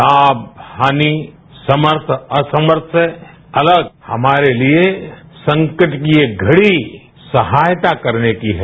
लाभ हानि समर्थ असमर्थ से अतग हमारे तिये संकेट की ये घड़ी सहायता करने की है